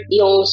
yung